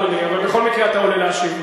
בכל מקרה אתה עולה להשיב.